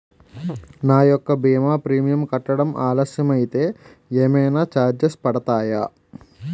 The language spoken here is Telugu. నా యెక్క భీమా ప్రీమియం కట్టడం ఆలస్యం అయితే ఏమైనా చార్జెస్ పడతాయా?